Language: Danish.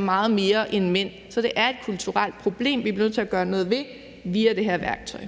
meget mere end mænd. Så det er et kulturelt problem, vi bliver nødt til at gøre noget ved via det her værktøj.